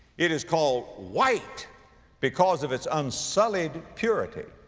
it is called white because of its unsullied purity.